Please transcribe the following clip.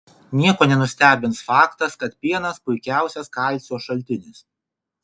nieko nenustebins faktas kad pienas puikiausias kalcio šaltinis